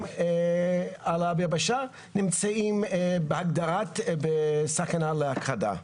על היבשה נמצאים בהגדרת סכנה להכחדה.